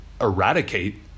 eradicate